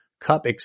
Cup